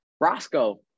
Roscoe